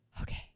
okay